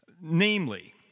Namely